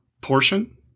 portion